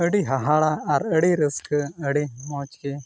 ᱟᱹᱰᱤ ᱦᱟᱦᱟᱲᱟ ᱟᱨ ᱟᱹᱰᱤ ᱨᱟᱹᱥᱠᱟᱹ ᱟᱰᱤᱢᱚᱡᱽᱜᱮ